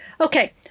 Okay